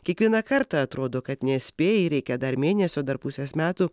kiekvieną kartą atrodo kad nespėjai reikia dar mėnesio dar pusės metų